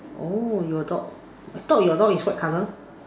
oh your dog I thought your dog is white colour